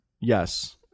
yes